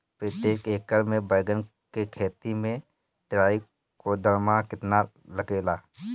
प्रतेक एकर मे बैगन के खेती मे ट्राईकोद्रमा कितना लागेला?